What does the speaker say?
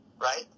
right